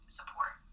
support